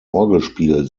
orgelspiel